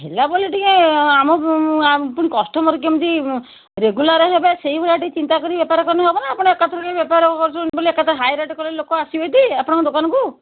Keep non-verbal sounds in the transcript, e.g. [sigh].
ହେଲା ବୋଲି ଟିକିଏ ଆମ ଆମ ପୁଣି କଷ୍ଟମର୍ କେମିତି ରେଗୁଲାର୍ ହେବେ ସେଇଭଳିଆ ଟିକିଏ ଚିନ୍ତା କରିକି ବେପାର ହବ ନା ଆପଣ ଏକା ଥରକେ ବେପାର କରୁଛନ୍ତି ବୋଲି ଏକା [unintelligible] ହାଇ ରେଟ୍ କଲେ ଲୋକ ଆସିବେ ଟି ଆପଣଙ୍କ ଦୋକାନକୁ